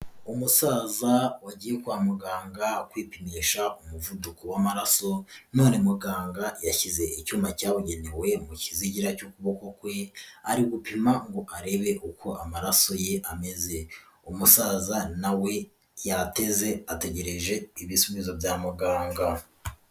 Umusaza wagiye kwa muganga kwipimisha umuvuduko w'amaraso, none muganga yashyize icyuma cyabugenewe mu kizigira cy'ukuboko kwe, ari gupima ngo arebe uko amaraso ye ameze. Umusaza nawe yateze ategereje ibisubizo bya muganga.